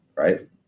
Right